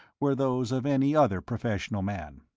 were those of any other professional man.